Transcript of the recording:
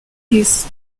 his